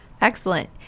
Excellent